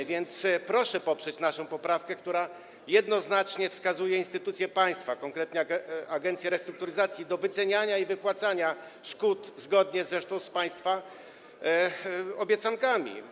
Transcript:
A więc proszę poprzeć naszą poprawkę, która jednoznacznie wskazuje instytucję państwa, konkretnie agencję restrukturyzacji, do wyceniania szkód i wypłacania odszkodowań, zgodnie zresztą z państwa obiecankami.